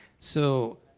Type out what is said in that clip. so